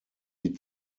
die